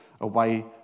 away